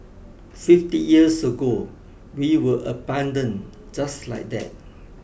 fifty years ago we were abandoned just like that